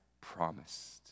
promised